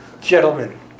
gentlemen